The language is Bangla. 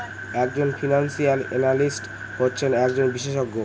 এক জন ফিনান্সিয়াল এনালিস্ট হচ্ছেন একজন বিশেষজ্ঞ